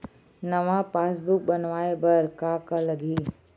नवा पासबुक बनवाय बर का का लगही?